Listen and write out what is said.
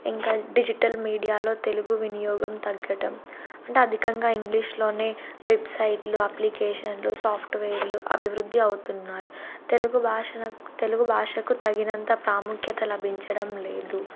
ఇంకా డిజిటల్ మీడియాలో తెలుగు వినియోగం తగ్గటం అంటే అధికంగా ఇంగ్లీష్లోనే వెబ్సైట్లు అప్లికేషన్లు సాఫ్ట్వేర్లు అభివృద్ధి అవుతున్నాయి తెలుగు భాషన తెలుగు భాషకు తగినంత ప్రాముఖ్యత లభించడం లేదు